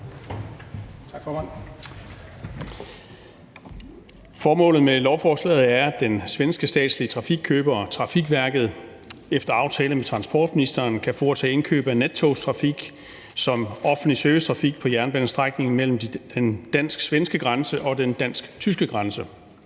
Formålet med lovforslaget er, at den svenske statslige trafikkøber Trafikverket efter aftale med transportministeren kan foretage indkøb af nattogstrafik som offentlig servicetrafik på jernbanestrækningen mellem den dansk-svenske grænse og den dansk-tyske grænse.